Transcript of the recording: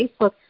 Facebook